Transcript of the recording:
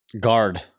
guard